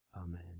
Amen